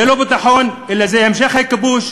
זה לא ביטחון אלא זה המשך הכיבוש,